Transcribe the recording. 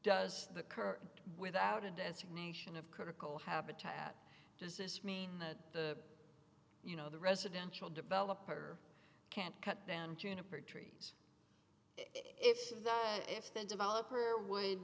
does the current without a designation of critical habitat does this mean the you know the residential developer can't cut down juniper trees if if the developer would